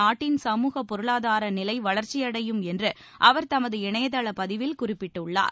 நாட்டின் சமூகப் பொருளாதார நிலை வளர்ச்சியடையும் என்றும் அவர் தமது இணையதள பதிவில் குறிப்பிட்டுள்ளார்